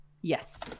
Yes